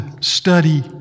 study